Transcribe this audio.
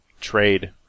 Trade